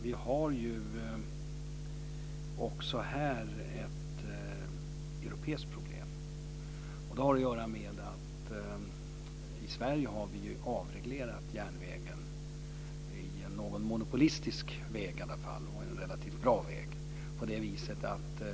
Vi har ju också här ett europeiskt problem, och det har att göra med att vi i Sverige har avreglerat järnvägen och har en något monopolistisk och relativt bra järnväg.